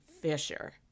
Fisher